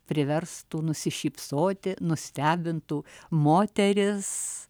priverstų nusišypsoti nustebintų moteris